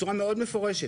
בצורה מאוד מפורשת,